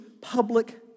public